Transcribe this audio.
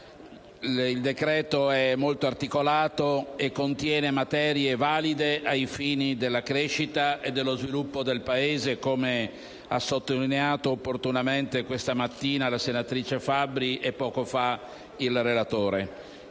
Il decreto-legge è molto articolato e contiene materie valide ai fini della crescita e dello sviluppo del Paese, come hanno opportunamente sottolineato questa mattina la senatrice Fabbri e poc'anzi il relatore